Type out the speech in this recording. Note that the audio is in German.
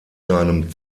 seinem